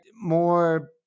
more